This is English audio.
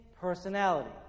personality